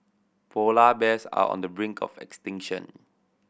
polar bears are on the brink of extinction